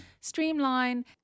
streamline